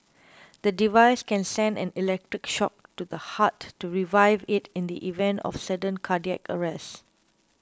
the device can send an electric shock to the heart to revive it in the event of sudden cardiac arrest